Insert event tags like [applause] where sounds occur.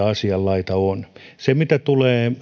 [unintelligible] asian laita on mitä tulee